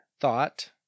thought